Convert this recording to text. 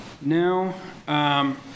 No